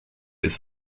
his